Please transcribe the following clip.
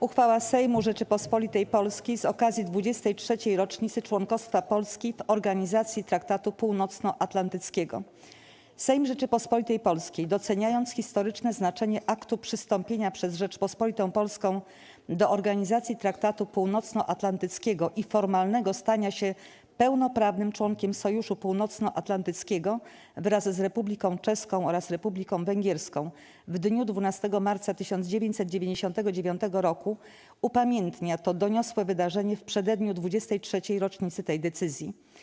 Uchwała Sejmu Rzeczypospolitej Polskiej z okazji 23. rocznicy członkostwa Polski w Organizacji Traktatu Północnoatlantyckiego Sejm Rzeczypospolitej Polskiej doceniając historyczne znaczenie aktu przystąpienia przez Rzeczpospolitą Polską do Organizacji Traktatu Północnoatlantyckiego i formalnego stania się pełnoprawnym członkiem Sojuszu Północnoatlantyckiego, wraz z Republiką Czeską oraz Republiką Węgierską w dniu 12 marca 1999 r., upamiętnia to doniosłe wydarzenie w przededniu 23. rocznicy tej decyzji.